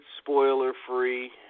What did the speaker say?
spoiler-free